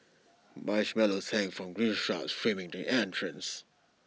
marshmallows hang from green shrubs framing the entrance